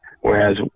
Whereas